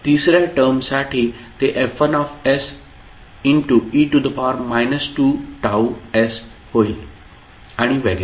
तिसर्या टर्म साठी ते F1se 2Ts होईल आणि वगैरे